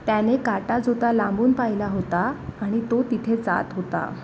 त्याने काटा जुता लांबून पाहिला होता आणि तो तिथे जात होता